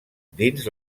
dins